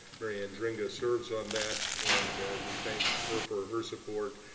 mary andringa serves on that, and we thank her for her support,